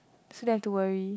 so you have to worry